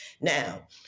Now